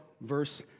verse